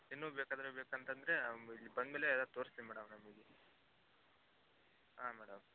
ಇನ್ನು ಬೇಕಾದರೆ ಬೇಕಂತಂದರೆ ಇಲ್ಲಿ ಬಂದಮೇಲೆ ಎಲ್ಲ ತೋರ್ಸ್ತಿನಿ ಮೇಡಮ್ ನಾನು ನಿಮಗೆ ಹಾಂ ಮೇಡಮ್